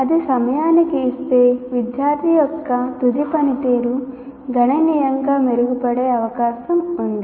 అది సమయానికి ఇస్తే విద్యార్థి యొక్క తుది పనితీరు గణనీయంగా మెరుగుపడే అవకాశం ఉంది